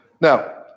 Now